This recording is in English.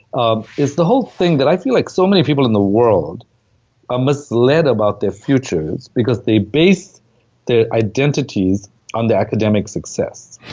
um is the whole thing, that i feel like so many people in the world are misled about their futures because they base their identities on their academic success.